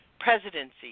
presidency